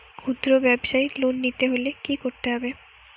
খুদ্রব্যাবসায় লোন নিতে হলে কি করতে হবে?